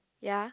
ya